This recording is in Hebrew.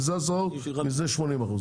מזה 10% מזה 80% ,